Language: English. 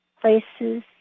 places